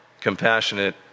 compassionate